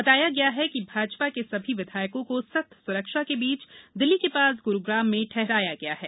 बताया गया है कि भाजपा के सभी विधायकों को सख्त सुरक्षा के बीच दिल्ली के पास गुरूग्राम में ठहराया गया है